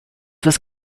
was